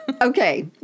Okay